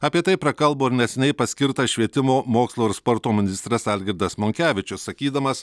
apie tai prakalbo ir neseniai paskirtas švietimo mokslo ir sporto ministras algirdas monkevičius sakydamas